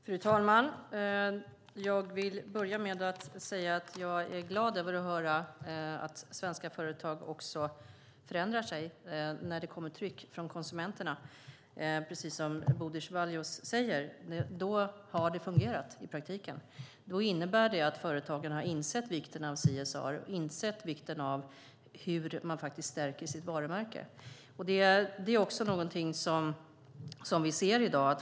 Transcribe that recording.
Fru talman! Jag vill börja med att säga att jag är glad över att svenska företag förändrar sig när det kommer tryck från konsumenterna, precis som Bodil Ceballos säger. Då har det fungerat i praktiken. Då har företagen insett vikten av CSR och hur man faktiskt stärker sitt varumärke. Det är också något som vi ser i dag.